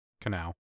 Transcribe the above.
canal